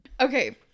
Okay